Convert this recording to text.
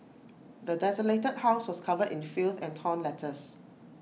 the desolated house was covered in filth and torn letters